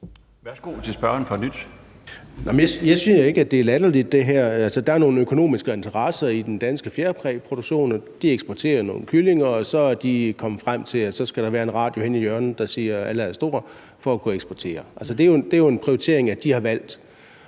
Egge Rasmussen (EL): Jeg siger ikke, at det her er latterligt. Altså, der er nogle økonomiske interesser i den danske fjerkræproduktion, og de eksporterer nogle kyllinger og er så kommet frem til, at der skal være en radio henne i hjørnet, der siger »Allah er stor«, for at kunne eksportere. Altså, det er jo en prioritering, de har valgt,